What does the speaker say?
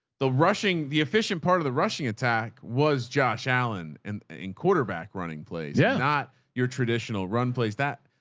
the rushing, the efficient part of the rushing attack was josh allen and in quarterback, running plays, yeah not your traditional run, plays that.